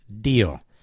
deal